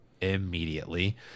immediately